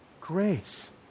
grace